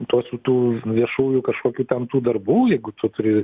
tuos su tų viešųjų kažkokių ten tų darbų jeigu tu turi